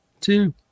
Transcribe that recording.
two